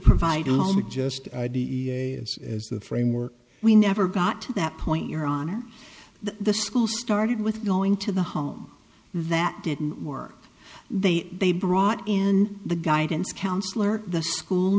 a framework we never got to that point your honor the school started with going to the home that didn't work they they brought in the guidance counselor at the school